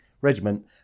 Regiment